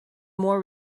more